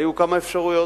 והיו כמה אפשרויות.